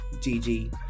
Gigi